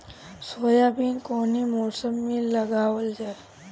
Soybean कौने मौसम में लगावल जा?